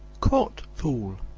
court fool,